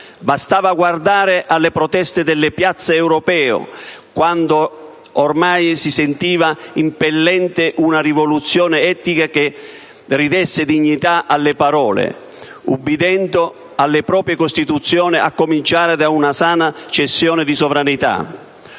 bastava guardare alle proteste delle piazze europee, quando ormai si sentiva impellente una rivoluzione etica che ridesse dignità alle parole, ubbidendo alle proprie Costituzioni, a cominciare da una sana cessione di sovranità.